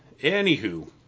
anywho